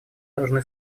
должны